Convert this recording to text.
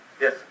Yes